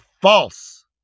false